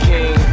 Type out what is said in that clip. King